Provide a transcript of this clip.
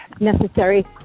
necessary